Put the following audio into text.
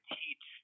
teach